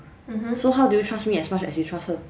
so how do you trust me as much as you trust her